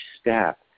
step